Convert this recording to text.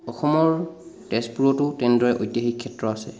অসমৰ তেজপুৰতো তেনেদৰে ঐতিহাসিক ক্ষেত্ৰ আছে